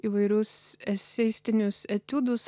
įvairius eseistinius etiudus